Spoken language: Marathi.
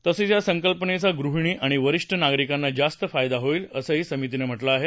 तसंच या संकल्पनेचा गृहिणी आणि वरिष्ठ नागरिकांना जास्त फायदा होईल असंही समितीनं म्हटलं आहे